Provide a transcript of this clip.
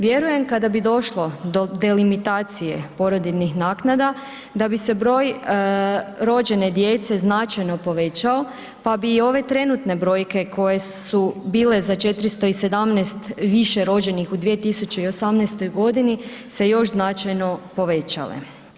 Vjerujem kada bi došlo do delimitacije porodiljnih naknada, da bi se broj rođene djece značajno povećao pa bi i ove trenutne brojke koje su bile za 417 više rođenih u 2018. g. se još značajno povećale.